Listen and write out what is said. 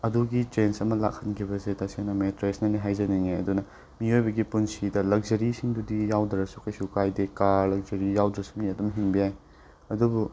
ꯑꯗꯨꯒꯤ ꯆꯦꯟꯖ ꯑꯃ ꯂꯥꯛꯍꯟꯈꯤꯕꯁꯦ ꯇꯁꯦꯡꯅ ꯃꯦꯇ꯭ꯔꯦꯁꯅꯅꯦ ꯍꯥꯏꯖꯅꯤꯡꯏ ꯑꯗꯨꯅ ꯃꯤꯑꯣꯏꯕꯒꯤ ꯄꯨꯟꯁꯤꯗ ꯂꯛꯖꯔꯤ ꯁꯤꯡꯗꯨꯗꯤ ꯌꯥꯎꯗ꯭ꯔꯁꯨ ꯀꯩꯁꯨ ꯀꯥꯏꯗꯦ ꯀꯥꯔ ꯂꯛꯖꯔꯤ ꯌꯥꯎꯗ꯭ꯔꯁꯨ ꯃꯤ ꯑꯗꯨꯝ ꯍꯤꯡꯕ ꯌꯥꯏ ꯑꯗꯨꯕꯨ